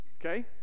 okay